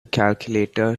calculator